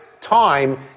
time